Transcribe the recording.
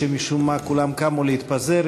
משום מה כולם קמו להתפזר,